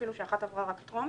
אפילו שאחת עברה רק טרומית,